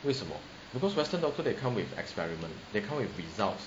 为什么 because western doctor they come with experiment they come with results